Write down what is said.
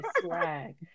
swag